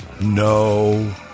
No